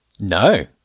No